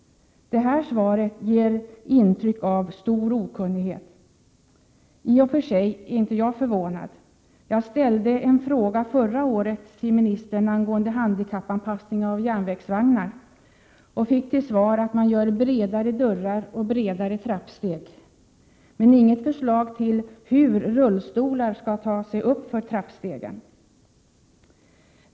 Det här svaret ger intryck av stor okunnighet. Jag är i och för sig inte förvånad. Förra året ställde jag en fråga till ministern angående handikappanpassning av järnvägsvagnar och fick till svar att man gör bredare dörrar och bredare trappsteg. Men det sades ingenting om hur rullstolar skall ta sig upp för trappstegen.